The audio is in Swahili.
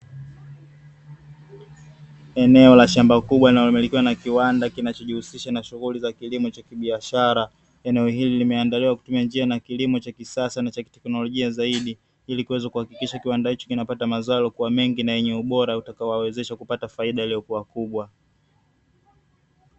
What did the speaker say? Eneo la shamba kubwa linalomilikiwa na kiwanda kinachojihusisha na shughuli za kilimo cha biashara, eneo hili limeandaliwa kwa kutumia njia na kilimo cha kisasa na cha kiteknolojia zaidi, ili kuweza kuhakikisha kiwanda hicho kinapata mazao yaliyokuwa mengi na yenye ubora utakaowawezesha kupata faida iliyo kuwa kubwa.